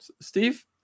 Steve